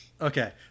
Okay